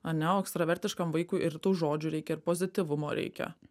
ane o ekstravertiškam vaikui ir tų žodžių reikia ir pozityvumo reikia